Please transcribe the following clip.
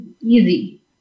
easy